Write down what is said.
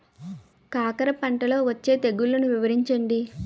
కాకర పంటలో వచ్చే తెగుళ్లను వివరించండి?